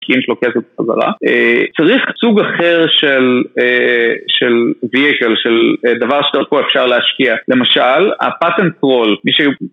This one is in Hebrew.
כי יש לו כסף חזרה, צריך סוג אחר של דבר שפה אפשר להשקיע, למשל הפטנט פרול